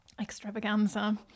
extravaganza